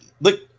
look